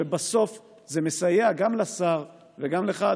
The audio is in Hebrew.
ובסוף זה מסייע גם לשר וגם לך,